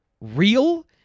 real